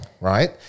right